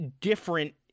different